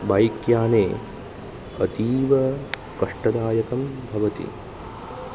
बैक्याने अतीवकष्टदायकं भवति